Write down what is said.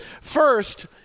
First